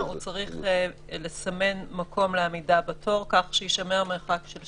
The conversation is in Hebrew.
הוא צריך לסמן מקום לעמידה בתור כך שיישמר מרחק של 2 מטרים.